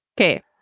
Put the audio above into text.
Okay